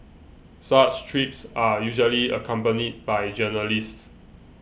such trips are usually accompanied by journalists